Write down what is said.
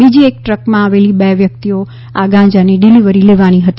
બીજી એક ટ્રકમાં આવેલી બે વ્યકિતઓ આ ગાંજાની ડિલિવરી લેવાની હતી